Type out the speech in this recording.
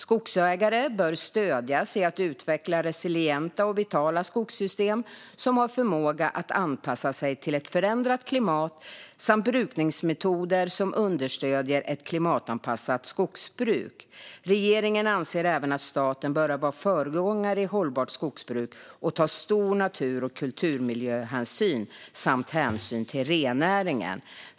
Skogsägare bör stödjas i att utveckla resilienta och vitala skogssystem som har förmåga att anpassa sig till ett förändrat klimat samt brukningsmetoder som understöder ett klimatanpassat skogsbruk. Regeringen anser även att staten bör vara föregångare i hållbart skogsbruk och ta stor natur och kulturmiljöhänsyn samt hänsyn till rennäringen.